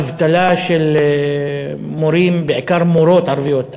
אבטלה של מורים, בעיקר מורות ערביות.